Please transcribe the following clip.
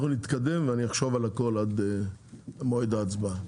נתקדם ואני אחשוב על הכל עד מועד ההצבעה.